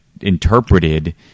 interpreted